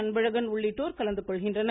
அன்பழகன் உள்ளிட்டோர் கலந்து கொள்கின்றனர்